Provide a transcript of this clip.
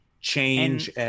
change